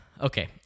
Okay